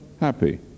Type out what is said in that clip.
happy